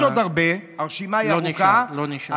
יש עוד הרבה, הרשימה היא ארוכה, לא נשאר, לא נשאר.